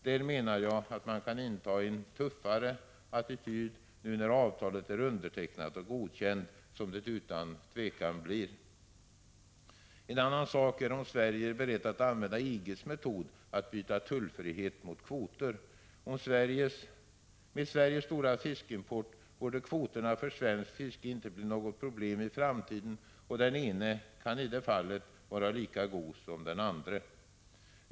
Där menar jag att man kan inta en tuffare attityd, när avtalet är undertecknat och godkänt, som det utan tvekan blir. En annan sak är om Sverige är berett att använda EG:s metod att byta tullfrihet mot kvoter. Med Sveriges stora fiskimport borde kvoterna för svenskt fiske inte bli något problem i framtiden. Den ene kan i det fallet vara lika god som den andre!